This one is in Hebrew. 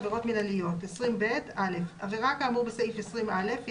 עבירות מינהליות 20ב. (א)עבירה כאמור בסעיף 20א היא